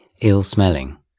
ill-smelling